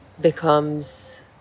becomes